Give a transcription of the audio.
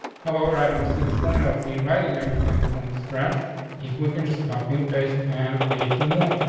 however, i don't see the point of rewriting everything from the scratch if we can just copy and paste and create two more.